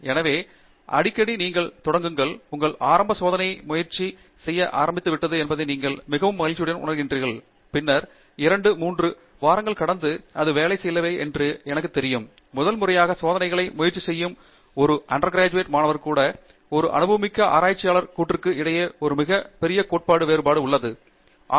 எனவே அடிக்கடி நீங்கள் தொடங்குங்கள் உங்கள் ஆரம்ப பரிசோதனை முயற்சி செய்ய ஆரம்பித்து விட்டது என்பதை நீங்கள் மிகவும் மகிழ்ச்சியுடன் உணர்கிறீர்கள் பின்னர் நான் இரண்டு மூன்று வாரங்கள் சாலையின் கீழே வேலை செய்யவில்லை என்று எனக்குத் தெரியும் மற்றும் நான் முதல் முறையாக சோதனைகள் முயற்சி ஒரு இளங்கலை மாணவர் கூறுகிறார் இடையே ஒரு மிக பெரிய வேறுபாடு மற்றும் ஒரு அனுபவமிக்க ஆராய்ச்சியாளர் வழியாக செல்கிறது என்று கூறுவேன்